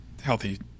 healthy